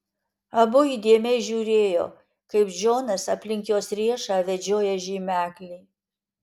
abu įdėmiai žiūrėjo kaip džonas aplink jos riešą vedžioja žymeklį